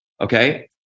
okay